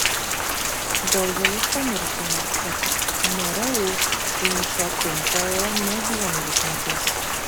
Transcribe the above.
daugelis pamirštame kad mru link šio triumfo ėjo ne vienerius metus